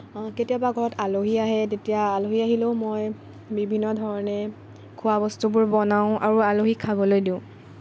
কেতিয়াবা ঘৰত আলহী আহে তেতিয়া আলহী আহিলেও মই বিভিন্ন ধৰণে খোৱা বস্তুবোৰ বনাওঁ আৰু আলহীক খাবলৈ দিওঁ